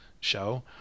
show